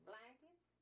Blankets